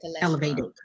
elevated